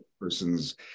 person's